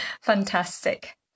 fantastic